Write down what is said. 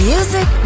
Music